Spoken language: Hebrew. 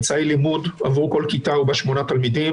אמצעי לימוד עבור כל כיתה ובה שמונה תלמידים,